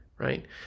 Right